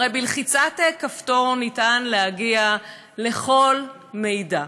הרי בלחיצת כפתור אפשר להגיע לכל מידע.